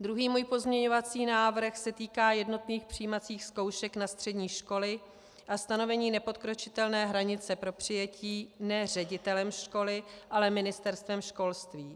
Druhý můj pozměňovací návrh se týká jednotných přijímacích zkoušek na střední školy a stanovení nepodkročitelné hranice pro přijetí ne ředitelem školy, ale Ministerstvem školství.